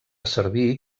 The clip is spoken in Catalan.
servir